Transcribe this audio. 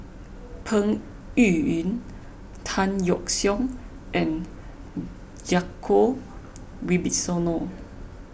Peng Yuyun Tan Yeok Seong and Djoko Wibisono